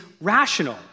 rational